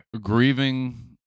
grieving